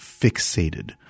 fixated